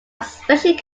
especially